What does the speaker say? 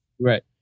Right